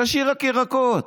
תשאיר רק ירקות.